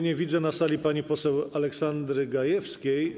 Nie widzę na sali pani poseł Aleksandry Gajewskiej.